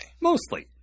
Mostly